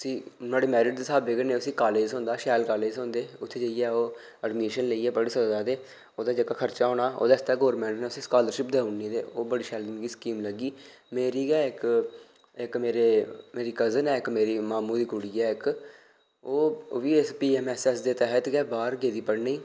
उसी नुआढ़ी मैरिट दे स्हाबै कन्नै उसी कॉलेज थ्होंदा शैल कॉलेज थ्होंदे उत्थै जाइयै ओह् एडमीशन लेइयै जाइयै पढ़ी सकदा ते ओह्दा जेह्का खर्चा होना ओह्दे आस्तै गौरमेंट नै उसी स्कालरशिप देई ओड़नी ते ओह् बड़ी शैल स्कीम लग्गी मेरी गै इक मेरे मेरी कजन ऐ इक मेरे मामू दी कुड़ी ऐ इक ओह् ओह्बी S P M S S दे तैहत गै बाह्र गेदी पढ़ने गी